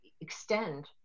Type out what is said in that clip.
extend